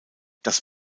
das